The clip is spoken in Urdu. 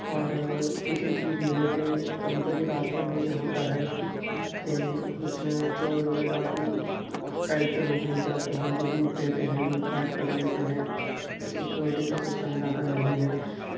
اور دوسری چیز یہ ہے کہ کبھی کبھی راستے میں یہ ہوتا ہے کہ کچھ چور یا ڈاکو ٹائپ کے لوگ مل جاتے ہیں جو لوٹ لیتے ہیں لوٹ پاٹ کر لیتے ہیں سیکیورٹی کا سسٹم زیادہ نہیں ہے